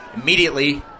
immediately